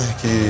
que